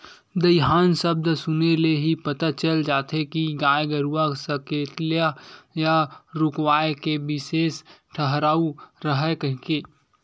दईहान सब्द सुने ले ही पता चल जाथे के गाय गरूवा सकेला या रूकवाए के बिसेस ठउर हरय कहिके